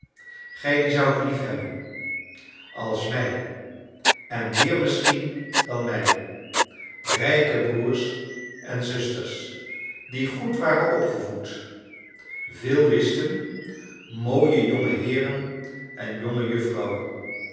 gij die zoudt liefhebben als mij en meer misschien dan mij rijke broers en zusters die goed waren opgevoed veel wisten mooie jongeheeren en